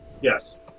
Yes